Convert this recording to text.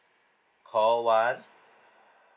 call one